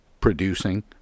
producing